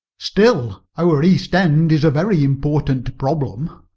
still our east end is a very important problem.